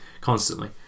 constantly